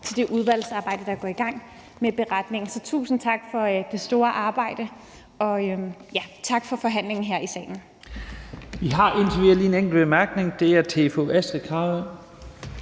til det udvalgsarbejde, hvor man går i gang med beretningen. Tusind tak for det store arbejde, og tak for forhandlingen her i salen.